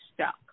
stuck